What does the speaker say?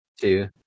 two